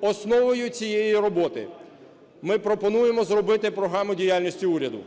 Основою цієї роботи ми пропонуємо зробити Програму діяльності уряду.